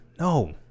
No